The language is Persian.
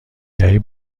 دهی